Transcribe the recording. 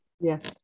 Yes